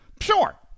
Sure